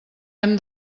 hem